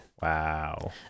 wow